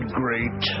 great